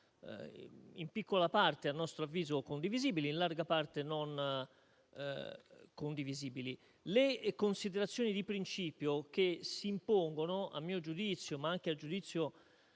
in piccola parte - a nostro avviso - condivisibili, in larga parte non condivisibili. Ci sono delle considerazioni di principio che si impongono a mio giudizio, ma anche a giudizio